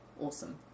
awesome